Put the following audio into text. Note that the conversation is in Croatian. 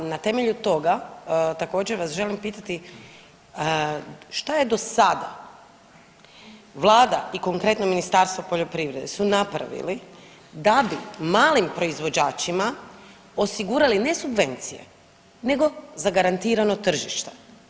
A na temelju toga također vas želim pitati šta je do sada Vlada i konkretno Ministarstvo poljoprivrede su napravili da bi malim proizvođačima osigurali, ne subvencije, nego zagarantirano tržište?